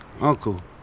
Uncle